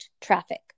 traffic